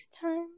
time